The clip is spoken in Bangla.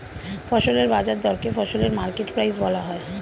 ফসলের বাজার দরকে ফসলের মার্কেট প্রাইস বলা হয়